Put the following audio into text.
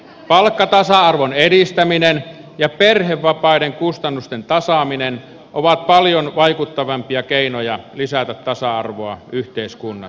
palkkatasa arvon edistäminen ja perhevapaiden kustannusten tasaaminen ovat paljon vaikuttavampia keinoja lisätä tasa arvoa yhteiskunnassa